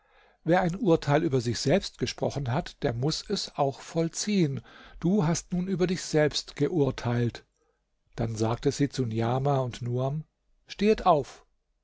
wer ein urteil über sich selbst gesprochen hat der muß es auch vollziehen du hast nun über dich selbst geurteilt dann sagte sie zu niamah und nuam stehet auf